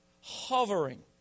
hovering